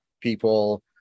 people